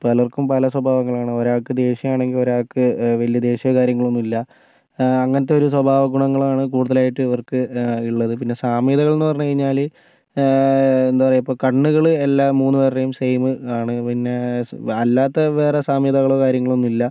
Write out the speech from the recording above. പലർക്കും പല സ്വഭാവങ്ങളാണ് ഒരാൾക്ക് ദേഷ്യമാണെങ്കിൽ ഒരാൾക്ക് വലിയ ദേഷ്യമോ കാര്യങ്ങളൊന്നും ഇല്ല അങ്ങനത്തെ ഒരു സ്വഭാവ ഗുണങ്ങളാണ് കൂടുതലായിട്ട് ഇവർക്ക് ഉള്ളത് പിന്നെ സാമ്യതകൾ എന്ന് പറഞ്ഞ് കഴിഞ്ഞാല് എന്താ പറയുക ഇപ്പോൾ കണ്ണുകള് എല്ലാം മൂന്നുപേരുടെയും സെയ്മ് ആണ് പിന്നെ ആ അല്ലാത്ത വേറെ സാമ്യതകളോ കാര്യങ്ങളൊന്നും ഇല്ല